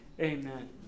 Amen